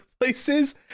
places